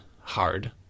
hard